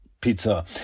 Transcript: pizza